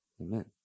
Amen